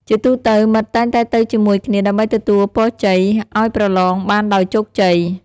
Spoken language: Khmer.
ជាទូទៅ មិត្តតែងតែទៅជាមួយគ្នាដើម្បីទទួលពរជ័យ ឲ្យប្រឡងបានដោយជោគជ័យ។